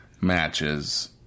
matches